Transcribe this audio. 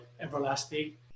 Everlasting